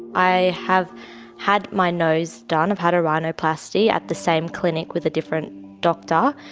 i have had my nose done, i've had a rhinoplasty at the same clinic with a different doctor,